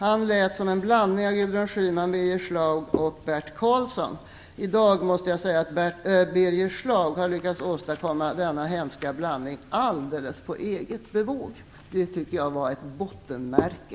Han lät som en blandning av Gudrun Schyman, Birger Schlaug och Bert Karlsson. I dag har Birger Schlaug lyckats åstadkomma denna hemska blandning alldeles på eget bevåg. Det tycker jag var ett bottenmärke.